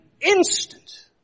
instant